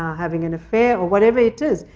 having an affair, or whatever it is.